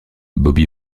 bobby